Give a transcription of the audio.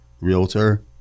Realtor